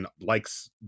likes